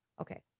Okay